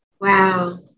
Wow